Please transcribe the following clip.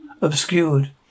obscured